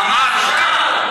ממ"ד תקרא לו.